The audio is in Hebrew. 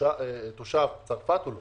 תושב צרפת או לא.